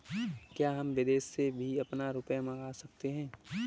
क्या हम विदेश से भी अपना रुपया मंगा सकते हैं?